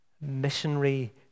missionary